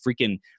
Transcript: freaking